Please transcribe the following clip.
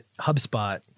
HubSpot